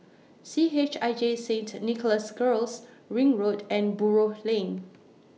C H I J Saint Nicholas Girls Ring Road and Buroh Lane